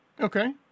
Okay